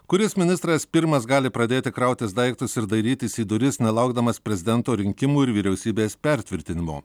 kuris ministras pirmas gali pradėti krautis daiktus ir dairytis į duris nelaukdamas prezidento rinkimų ir vyriausybės pertvirtinimo